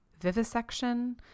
vivisection